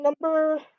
Number